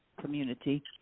community